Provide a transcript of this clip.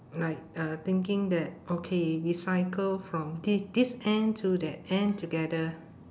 like uh thinking that okay we cycle from thi~ this end to that end together